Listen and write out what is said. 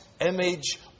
image